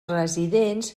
residents